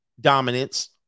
dominance